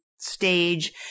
Stage